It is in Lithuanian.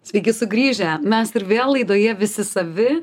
sveiki sugrįžę mes ir vėl laidoje visi savi